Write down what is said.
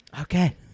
Okay